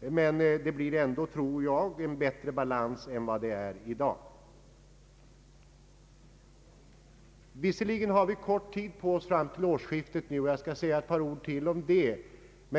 Jag tror i varje fall att det blir en bättre balans än det är i dag. Visserligen har vi kort tid på oss fram till årsskiftet, och jag skall säga ett par ord om detta.